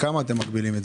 בכמה מגבילים?